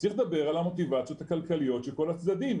צריך לדבר על המוטיבציות הכלכליות של כל הצדדים.